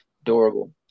adorable